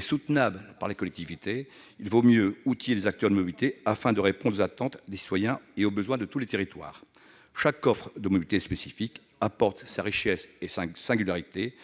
soutenables pour les collectivités, il nous faut mieux outiller les acteurs de la mobilité, afin de répondre aux attentes des citoyens et aux besoins de tous les territoires. Chaque offre de mobilité est spécifique, apporte sa richesse et sa singularité.